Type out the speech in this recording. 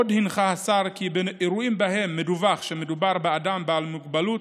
עוד הנחה השר כי באירועים שבהם מדווח שמדובר באדם בעל מוגבלות,